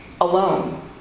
alone